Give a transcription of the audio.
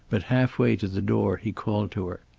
but half way to the door he called to her.